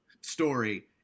story